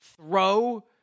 throw